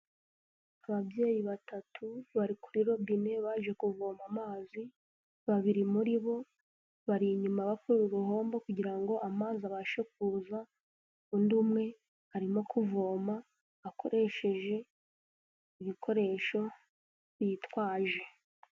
Ababyeyi batatu, bari kuri robine, baje kuvoma amazi, babiri muri bo bari inyuma bakora uruhombo kugira ngo amazi abashe kuza, undi umwe arimo kuvoma, akoresheje ibikoresho bitwaje.